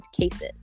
cases